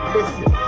Listen